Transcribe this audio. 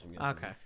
Okay